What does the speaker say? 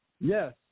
Yes